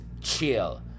chill